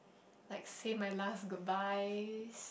like say my last goodbye